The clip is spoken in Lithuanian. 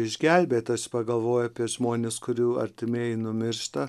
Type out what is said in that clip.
išgelbėtas pagalvojo apie žmones kurių artimieji numiršta